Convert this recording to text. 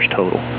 total